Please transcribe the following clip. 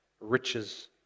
riches